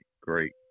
Great